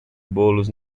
bolos